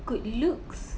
good looks